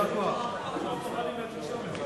השנייה לטלוויזיה ורדיו